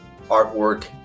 artwork